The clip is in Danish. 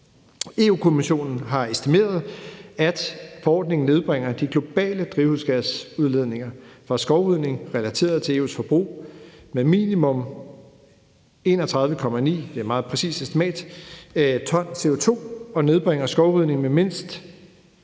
Europa-Kommissionen har estimeret, at forordningen nedbringer de globale drivhusgasudledninger fra skovrydning relateret til EU's forbrug med minimum 31,9 t CO2 – det er et meget